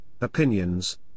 opinions